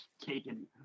taken